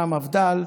מהמפד"ל: